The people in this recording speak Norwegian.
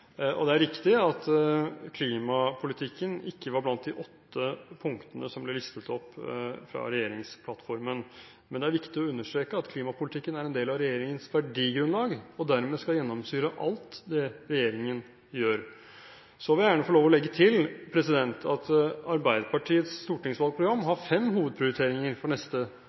Det er riktig at klimapolitikken ikke var blant de åtte punktene som ble listet opp i regjeringsplattformen, men det er viktig å understreke at klimapolitikken er en del av regjeringens verdigrunnlag og dermed skal gjennomsyre alt det regjeringen gjør. Så vil jeg gjerne få lov å legge til at Arbeiderpartiets stortingsvalgprogram har fem hovedprioriteringer for neste